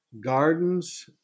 Gardens